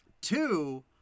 Two